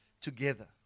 together